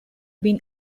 been